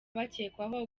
bakekwaho